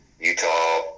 Utah